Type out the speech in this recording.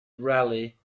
rally